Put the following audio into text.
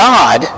God